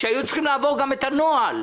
שהיו צריכות לעבור גם את הנוהל,